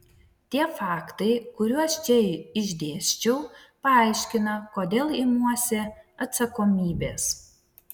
tie faktai kuriuos čia išdėsčiau paaiškina kodėl imuosi atsakomybės